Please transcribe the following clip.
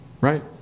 Right